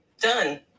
Done